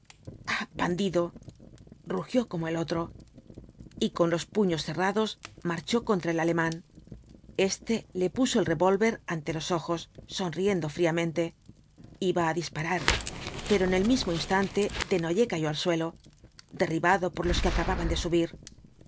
bandido rugió como el otro y con los puños cerrados marchó contra el alemán este le puso el revólver ante los ojos sonriendo fríamente iba á disparar pero en el mismo instante desnoyer cayó al suelo derribado por los que acababan de subir